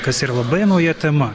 kas yra labai nauja tema